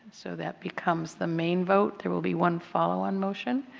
so that becomes the main vote. there will be one follow-on motion.